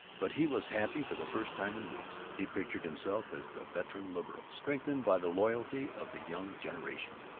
but he was happy for the first time in weeks. he pictured himself as the veteran liberal strengthened by the loyalty of the young generation.